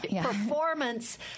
Performance